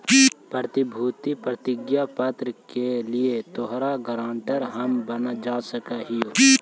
प्रतिभूति प्रतिज्ञा पत्र के लिए तोहार गारंटर हम बन जा हियो